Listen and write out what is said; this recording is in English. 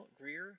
Greer